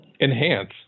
Enhance